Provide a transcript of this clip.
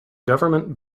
government